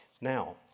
Now